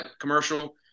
commercial